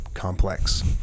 complex